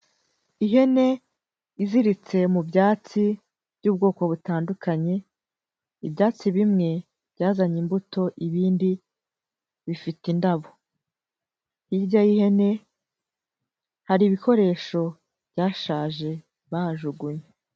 Ihene iziritse mu byatsi by'ubwoko butandukanye. Ibyatsi bimwe byazanye imbuto ibindi bifite indabo hirya y'ihene hari ibikoresho byashaje bahajugunye.